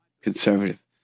conservative